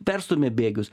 perstumia bėgius